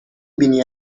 بینی